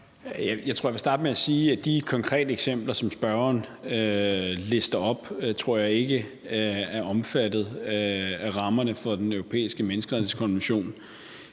Jeg vil starte med at sige, at de konkrete eksempler, som spørgeren lister op, tror jeg ikke er omfattet af rammerne for Den Europæiske Menneskerettighedskonvention.